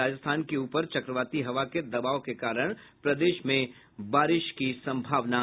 राजस्थान के ऊपर चक्रवाती हवा के दवाब के कारण प्रदेश में बारिश की संभावना है